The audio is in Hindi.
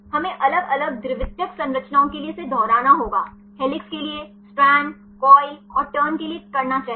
हमें अलग अलग द्वितीयक संरचनाओं के लिए इसे दोहराना होगा हेलिक्स के लिए स्ट्रैंड कॉइल और टर्न के लिए करना चाहिए